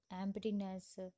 emptiness